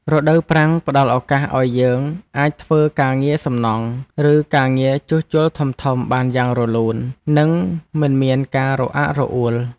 រដូវប្រាំងផ្តល់ឱកាសឱ្យយើងអាចធ្វើការងារសំណង់ ឬការងារជួសជុលធំៗបានយ៉ាងរលូន និងមិនមានការរអាក់រអួល។